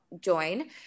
join